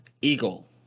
Eagle